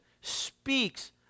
speaks